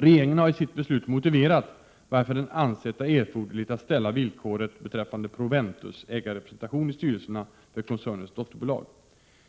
Regeringen har i sitt beslut motiverat varför den ansett det erforderligt att ställa villkoret beträffande Proventus AB:s ägarrepresentation i styrelserna för koncernens dotterbolag.